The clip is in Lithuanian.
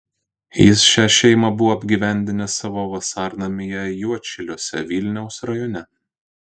jis šią šeimą buvo apgyvendinęs savo vasarnamyje juodšiliuose vilniaus rajone